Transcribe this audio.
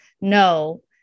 No